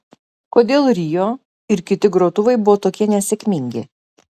kodėl rio ir kiti grotuvai buvo tokie nesėkmingi